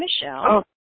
Michelle